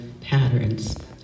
patterns